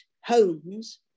homes